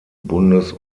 bundes